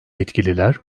yetkililer